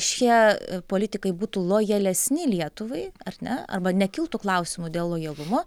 šie politikai būtų lojalesni lietuvai ar ne arba nekiltų klausimų dėl lojalumo